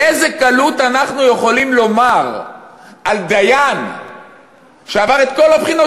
באיזה קלות אנחנו יכולים לומר על דיין שעבר את כל הבחינות